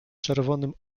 czerwonym